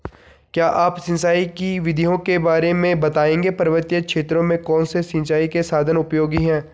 क्या आप सिंचाई की विधियों के बारे में बताएंगे पर्वतीय क्षेत्रों में कौन से सिंचाई के साधन उपयोगी हैं?